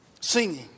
singing